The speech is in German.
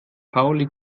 pauli